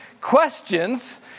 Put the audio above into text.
questions